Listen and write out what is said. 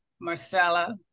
Marcella